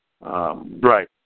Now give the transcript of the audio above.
Right